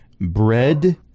bread